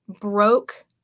broke